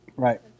Right